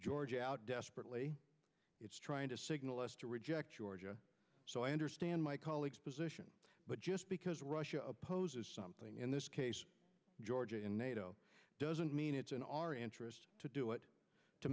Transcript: georgia out desperately trying to signal us to reject georgia so i understand my colleagues position but just because russia opposes something in this case georgia in nato doesn't mean it's in our interests to do it to